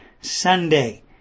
Sunday